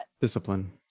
Discipline